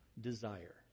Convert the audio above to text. desire